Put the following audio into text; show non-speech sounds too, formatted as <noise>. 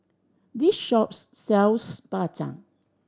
this shop <unintelligible> sells Bak Chang